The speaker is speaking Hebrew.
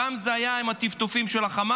פעם זה היה עם הטפטופים של החמאס,